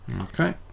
Okay